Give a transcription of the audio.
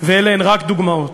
ואלה הן רק דוגמאות.